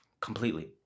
completely